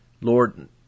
Lord